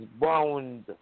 bound